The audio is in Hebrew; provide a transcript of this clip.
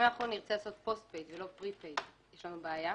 אם נרצה לעשות post pay ולא pre pay יש לנו בעיה?